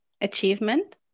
achievement